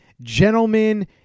gentlemen